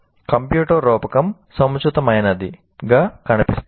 computer రూపకం సముచితమైనదిగా కనిపిస్తోంది